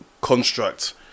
construct